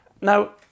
Now